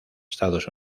estados